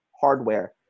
hardware